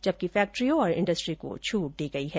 जबकि फैक्ट्रियों और इंडस्ट्री को छूट दी गई है